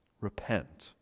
Repent